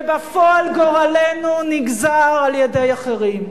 ובפועל גורלנו נגזר על-ידי אחרים.